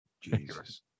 Jesus